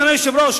אדוני היושב-ראש,